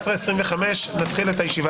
ב-11:25 נתחיל את הישיבה הבאה.